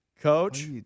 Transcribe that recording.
Coach